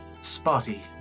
spotty